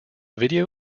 video